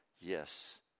Yes